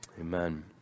Amen